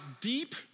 deep